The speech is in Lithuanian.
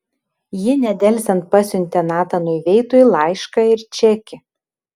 ji nedelsiant pasiuntė natanui veitui laišką ir čekį